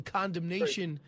condemnation